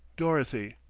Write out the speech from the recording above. dorothy.